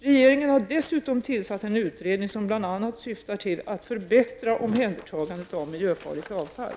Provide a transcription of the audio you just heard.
Regeringen har dessutom tillsatt en utredning som bl.a. syftar till att förbättra omhändertagandet av miljöfarligt avfall.